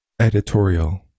editorial